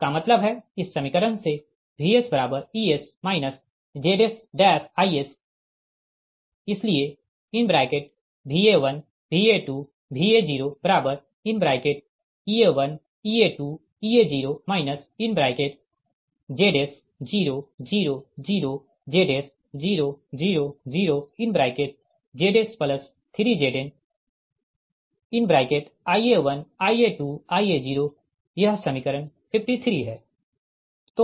इसका मतलब है इस समीकरण से VsEs ZsIs इसलिए Va1 Va2 Va0 Ea1 Ea2 Ea0 Zs 0 0 0 Zs 0 0 0 Zs3Zn Ia1 Ia2 Ia0 यह समीकरण 53 है